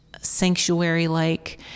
sanctuary-like